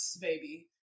Baby